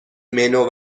منو